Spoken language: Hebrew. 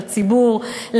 לציבור,